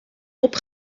bob